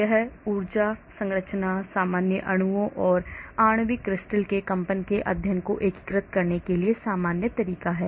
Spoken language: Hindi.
यह ऊर्जा संरचना सामान्य अणुओं और आणविक क्रिस्टल के कंपन के अध्ययन को एकीकृत करने के लिए एक सामान्य तरीका है